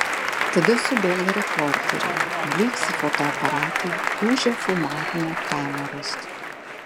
tada subėga reporteriai blyksi fotoaparatai ūžia filmavimo kameros